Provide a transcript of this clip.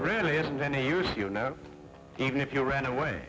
really isn't any use you know even if you ran away